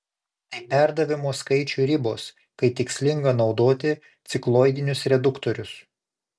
tai perdavimo skaičių ribos kai tikslinga naudoti cikloidinius reduktorius